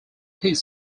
his